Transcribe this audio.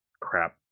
crap